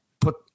put